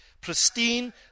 pristine